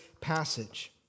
passage